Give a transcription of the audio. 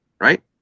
right